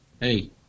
Hey